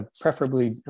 preferably